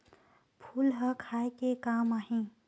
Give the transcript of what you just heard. फूल ह खाये के काम आही?